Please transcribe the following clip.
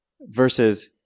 Versus